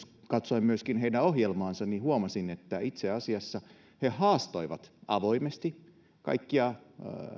katsoin myöskin heidän ohjelmaansa ja huomasin että itse asiassa he haastoivat avoimesti kaikkia